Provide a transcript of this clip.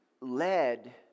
led